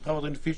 לרשותך עו"ד פישר,